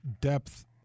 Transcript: depth